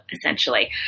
essentially